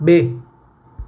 બે